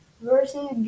versus